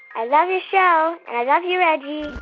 i love your show, and i love you, reggie